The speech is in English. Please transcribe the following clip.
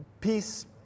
Peace